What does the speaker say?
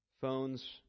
phones